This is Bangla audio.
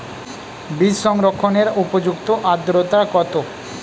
বীজ সংরক্ষণের উপযুক্ত আদ্রতা কত?